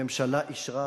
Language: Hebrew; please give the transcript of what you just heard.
הממשלה אישרה,